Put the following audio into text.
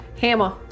hammer